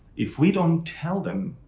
if we don't tell them,